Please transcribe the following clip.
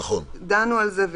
דנו על זה,